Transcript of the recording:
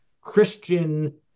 Christian